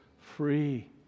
free